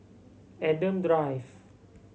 Adam Drive